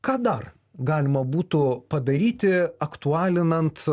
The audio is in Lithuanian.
ką dar galima būtų padaryti aktualinant